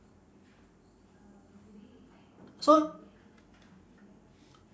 so